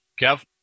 Kev